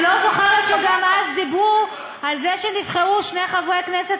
אני גם לא זוכרת שאז דיברו על זה שנבחרו שני חברי כנסת